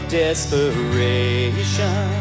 desperation